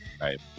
Right